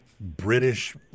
British